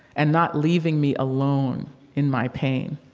and not leaving me alone in my pain.